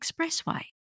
expressway